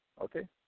okay